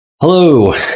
Hello